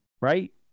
right